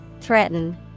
Threaten